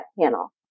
panel